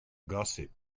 gossip